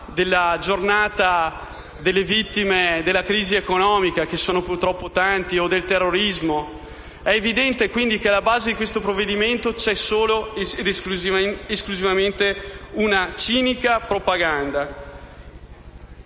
della Giornata delle vittime della crisi economica (che sono purtroppo tante) o del terrorismo. È evidente quindi che alla base di questo provvedimento c'è solo ed esclusivamente una cinica propaganda.